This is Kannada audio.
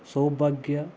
ಸೌಭಾಗ್ಯ